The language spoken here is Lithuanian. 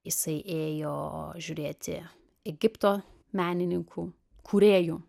jisai ėjo žiūrėti egipto menininkų kūrėjų